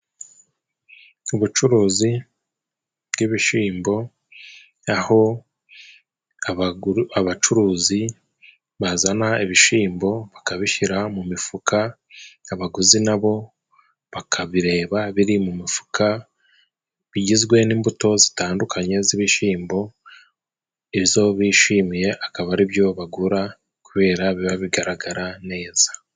Ubucuruzi bw'ibishimbo, aho abacuruzi bazana ibishyimbo bakabishyira mu mifuka. Abaguzi nabo bakabireba biri mu imifuka, bigizwe n'imbuto zitandukanye z'ibishyimbo. Izo bishimiye akaba ari byo bagura kubera biba bigaragara neza.